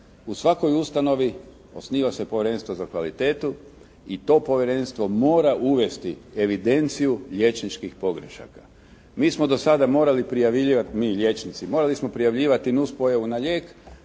U svakoj ustanovi osniva se povjerenstvo za kvalitetu i to povjerenstvo mora uvesti evidenciju liječničkih pogrešaka. Mi smo do sada morali prijavljivati, mi liječnici morali smo prijavljivati nuspojavu na lijek,